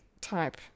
type